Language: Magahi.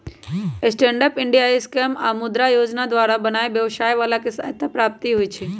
स्टैंड अप इंडिया स्कीम आऽ मुद्रा जोजना द्वारा नयाँ व्यवसाय बला के सहायता प्राप्त होइ छइ